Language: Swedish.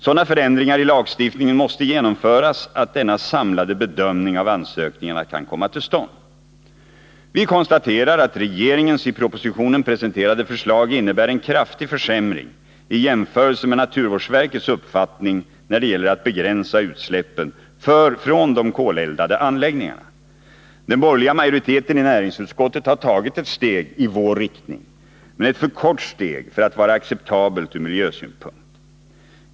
Sådana förändringar i lagstiftningen måste genomföras att denna samlade bedömning av ansökningarna kan komma till stånd. Vi konstaterar att regeringens i propositionen presenterade förslag innebär en kraftig försämring i jämförelse med naturvårdsverkets uppfattning när det gäller att begränsa utsläppen från de koleldade anläggningarna. Den borgerliga majoriteten i näringsutskottet har tagit ett steg i vår riktning, men det är ett för kort steg för att vara acceptabelt ur miljösynpunkt.